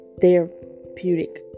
therapeutic